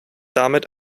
damit